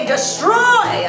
Destroy